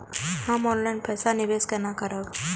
हम ऑनलाइन पैसा निवेश केना करब?